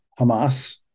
Hamas